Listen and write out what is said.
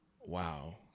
wow